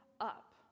up